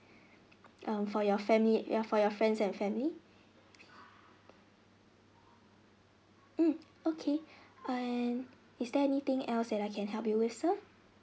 um for your family your for your friends and family mm okay and is there anything else that I can help you with sir